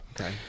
okay